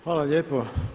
Hvala lijepa.